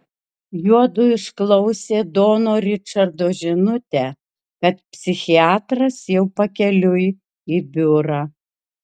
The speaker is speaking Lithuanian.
juodu išklausė dono ričardo žinutę kad psichiatras jau pakeliui į biurą